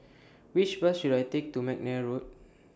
Which Bus should I Take to Mcnair Road